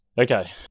Okay